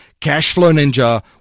CashflowNinja